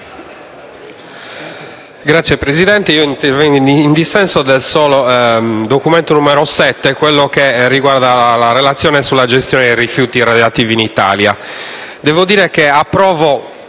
Signor Presidente, intervengo in dissenso sul solo documento n. 7, che riguarda la relazione sulla gestione dei rifiuti radioattivi in Italia.